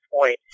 point